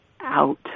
out